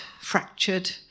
fractured